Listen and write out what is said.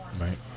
right